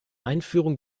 einführung